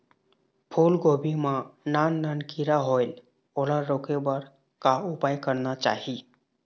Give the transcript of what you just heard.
फूलगोभी मां नान नान किरा होयेल ओला रोके बर का उपाय करना चाही?